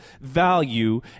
value